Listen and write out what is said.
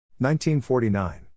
1949